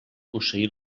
posseir